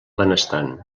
benestant